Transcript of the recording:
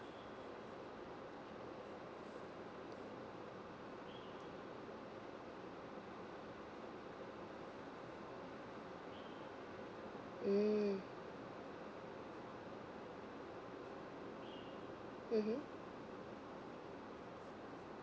mm mmhmm